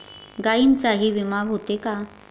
गायींचाही विमा होते का?